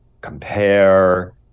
compare